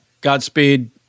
Godspeed